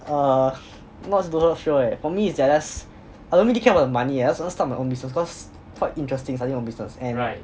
uh I don't really care about the money eh I just want to start my own business cause quite interesting starting your own business and